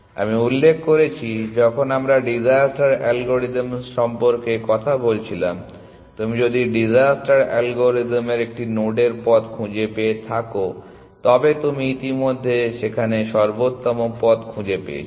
আমি উল্লেখ করেছি যখন আমরা ডিসাস্টার অ্যালগরিদম সম্পর্কে কথা বলছিলাম তুমি যদি ডিসাস্টার অ্যালগরিদমের একটি নোডের পথ খুঁজে পেয়ে থাকো তবে তুমি ইতিমধ্যে সেখানে সর্বোত্তম পথ খুঁজে পেয়েছো